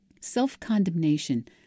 Self-condemnation